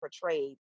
portrayed